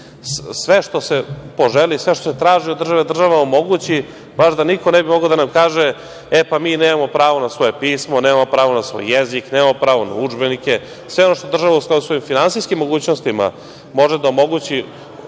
što se poželi, sve što se traži od države, država omogući, baš da niko ne bi mogao da nam kaže - e, pa, mi nemamo pravo na svoje pismo, nemamo pravo na svoj jezik, nemamo pravo na udžbenike, sve ono što država u skladu sa svojim finansijskim mogućnostima može da omogući,